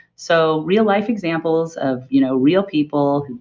so real life examples of you know real people.